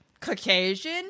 Caucasian